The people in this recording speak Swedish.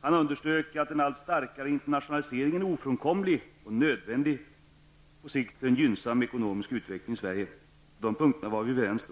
Han underströk att den allt starkare internationaliseringen är ofrånkomlig och nödvändig för en på sikt gynnsam ekonomisk utveckling i Sverige. På dessa punkter var vi då överens.